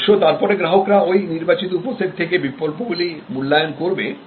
অবশ্য তারপরে গ্রাহকরা এই নির্বাচিত উপসেট থেকে বিকল্পগুলি মূল্যায়ন করবে